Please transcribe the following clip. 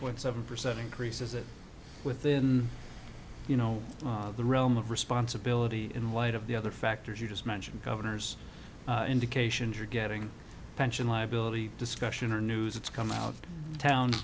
point seven percent increase is it within you know the realm of responsibility in light of the other factors you just mentioned governors indications are getting pension liability discussion or news it's come out of town